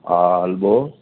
हा हलबो